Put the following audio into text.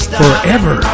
forever